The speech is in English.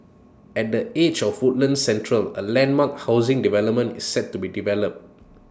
at the edge of Woodlands central A landmark housing development is set to be developed